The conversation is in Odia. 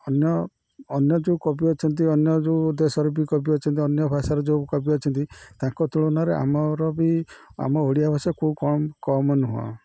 ଅନ୍ୟ ଅନ୍ୟ ଯୋଉ କବି ଅଛନ୍ତି ଅନ୍ୟ ଯୋଉ ଦେଶର ବି କବି ଅଛନ୍ତି ଅନ୍ୟ ଭାଷାର ଯୋଉ କବି ଅଛନ୍ତି ତାଙ୍କ ତୁଳନାରେ ଆମର ବି ଆମ ଓଡ଼ିଆ ଭାଷା କୋଉ କମ କମ ନୁହଁ